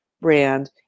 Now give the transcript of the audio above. brand